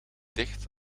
dicht